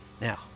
Now